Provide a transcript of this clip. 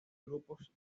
grupos